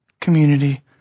community